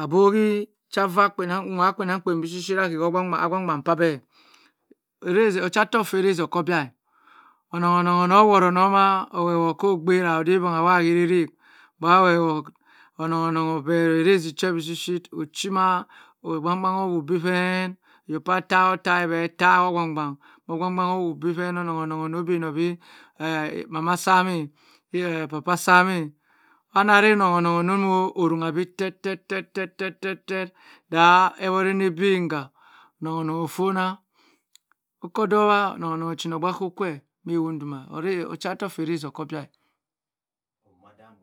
abowi cha nwa kpienangkpien bi shi shi ahe cha ogban ogban cha beh ochator ka arizi oko bia onong-onong oh rowonoma owewote ko bharen oday bong a wha kirarake bong a wewote onong onong obey arazi seh bishi ochi ma ogbangban o wu bi gen e ayo kwa taio taie beh tai ogbangban ogba ngban onoh wu bi tẹẹ onong onong onob bhen nor bhe eh mama sam eh obi eh papa sam-eh anah ray onong onong onomore orangha bi tẹtẹ tẹ tẹ te dah ewot eneh beng ga onong onong ofonah okodowa onong onong ochin obuko kwe